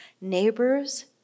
neighbors